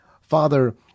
Father